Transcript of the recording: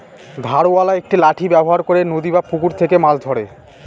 ধারওয়ালা একটি লাঠি ব্যবহার করে নদী বা পুকুরে থেকে মাছ ধরে